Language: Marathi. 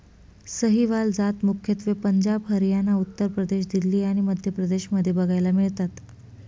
सहीवाल जात मुख्यत्वे पंजाब, हरियाणा, उत्तर प्रदेश, दिल्ली आणि मध्य प्रदेश मध्ये बघायला मिळतात